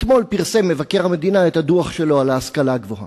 אתמול פרסם מבקר המדינה את הדוח שלו על ההשכלה הגבוהה.